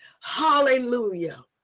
Hallelujah